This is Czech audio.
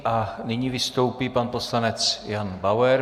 A nyní vystoupí pan poslanec Jan Bauer.